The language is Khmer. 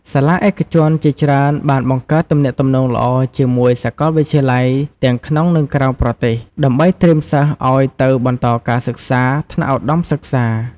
សាលាឯកជនជាច្រើនបានបង្កើតទំនាក់ទំនងល្អជាមួយសាកលវិទ្យាល័យទាំងក្នុងនិងក្រៅប្រទេស ដើម្បីត្រៀមសិស្សឱ្យទៅបន្តការសិក្សាថ្នាក់ឧត្តមសិក្សា។